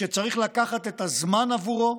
שצריך לקחת את הזמן עבורו,